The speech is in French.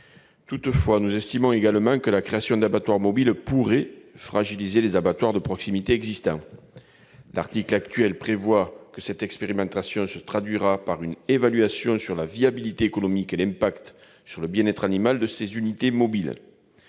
Toutefois, nous estimons aussi que la création de structures mobiles pourrait fragiliser les abattoirs de proximité existants. La rédaction actuelle de cet article 13 prévoit que cette expérimentation se traduira par une évaluation de la viabilité économique et de l'impact sur le bien-être animal de ces unités mobiles.